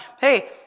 hey